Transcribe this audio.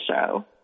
show